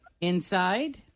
Inside